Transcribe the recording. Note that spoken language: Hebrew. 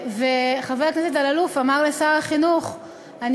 חבר הכנסת אלאלוף אמר לשר החינוך: אני